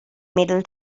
middle